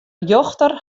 rjochter